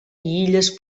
illes